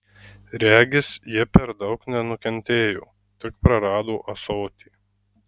regis ji per daug nenukentėjo tik prarado ąsotį